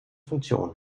funktion